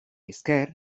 esker